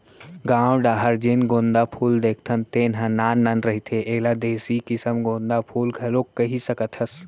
गाँव डाहर जेन गोंदा फूल देखथन तेन ह नान नान रहिथे, एला देसी किसम गोंदा फूल घलोक कहि सकत हस